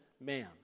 man